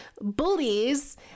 bullies